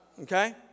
Okay